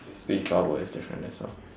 speech bubble is different as well